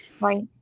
Right